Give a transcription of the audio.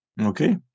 Okay